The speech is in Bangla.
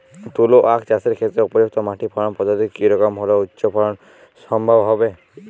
তুলো আঁখ চাষের ক্ষেত্রে উপযুক্ত মাটি ফলন পদ্ধতি কী রকম হলে উচ্চ ফলন সম্ভব হবে?